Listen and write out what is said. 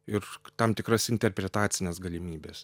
ir tam tikras interpretacines galimybes